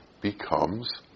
becomes